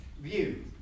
view